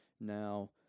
Now